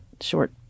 short